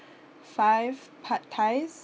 five pad thai